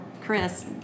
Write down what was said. Chris